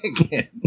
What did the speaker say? again